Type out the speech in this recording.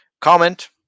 comment